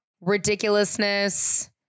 ridiculousness